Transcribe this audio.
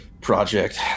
project